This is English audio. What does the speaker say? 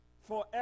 forever